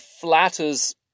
flatters